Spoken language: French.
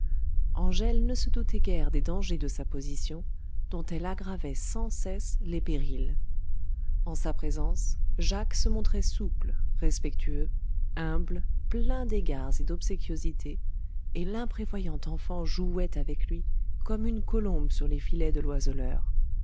angèle ne se doutait guère des dangers de sa position dont elle aggravait sans cesse les périls en sa présence jacques se montrait souple respectueux humble plein d'égards et d'obséquiosités et l'imprévoyante enfant jouait avec lui comme une colombe sur les filets de l'oiseleur